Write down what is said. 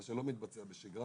מה שלא מתבצע בשגרה,